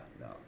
no